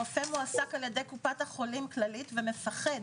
הרופא מועסק על-ידי קופת חולים כללית, ומפחד.